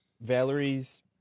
Valerie's